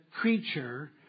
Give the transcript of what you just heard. creature